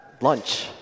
Lunch